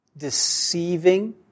deceiving